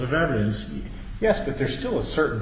of evidence yes but there's still a certain